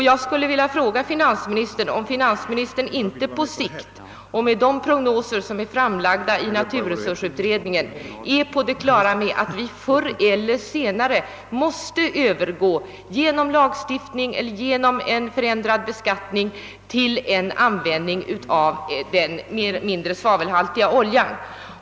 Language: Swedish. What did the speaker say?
Jag skulle vilja fråga om inte finansministern på basis av de prognoser, som framlagts inom naturresursutredningen, är på det klara med att vi förr eller senare — genom lagstiftning eller genom en ändring av beskattningen — måste övergå till användning av den mindre svavelhaltiga oljan.